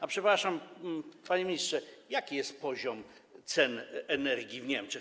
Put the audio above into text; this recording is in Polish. A przepraszam, panie ministrze, jaki jest poziom cen energii w Niemczech?